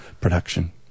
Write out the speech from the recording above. production